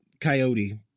coyote